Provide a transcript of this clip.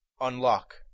unlock